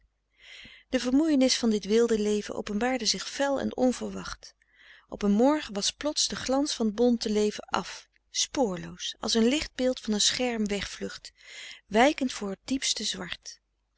de vermoeienis van dit weelde leven openbaarde zich fel en onverwacht op een morgen was plots de glans van t bonte leven àf spoorloos als een lichtbeeld van een scherm wegvlucht wijkend voor t diepste zwart